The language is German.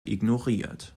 ignoriert